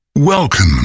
Welcome